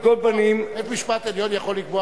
על כל פנים --- בית-משפט עליון יכול לקבוע